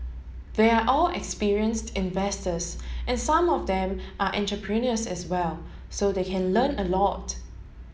they are all experienced investors and some of them are entrepreneurs as well so they can learn a lot